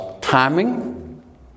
timing